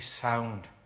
sound